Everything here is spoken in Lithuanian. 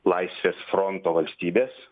laisvės fronto valstybės